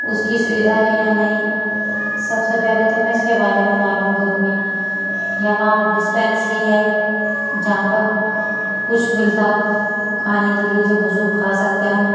اس کی سویدھا ہے یا نہیں سب سے پہلے تو میں اس کے بارے میں معلوم کروں گی یا وہاں پر ڈسپینسری ہے جہاں پر کچھ ملتا ہو کھانے کے لیے جو بزرگ کھا سکتے ہوں